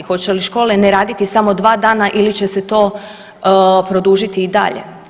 Hoće li škole ne raditi samo dva dana ili će se to produžiti i dalje?